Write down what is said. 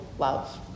love